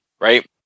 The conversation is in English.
Right